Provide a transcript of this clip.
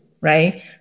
right